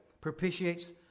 propitiates